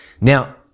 Now